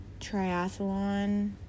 triathlon